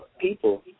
people